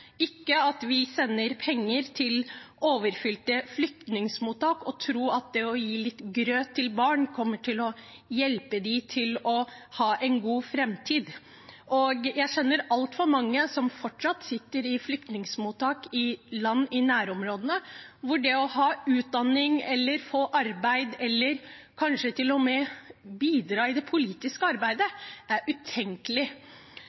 sender penger til overfylte flyktningleirer og tror at det å gi litt grøt til barn kommer til å hjelpe dem til å ha en god framtid. Jeg kjenner altfor mange som fortsatt sitter i flyktningleir i land i nærområdene, hvor det å ha utdanning eller få arbeid eller kanskje til og med bidra i det politiske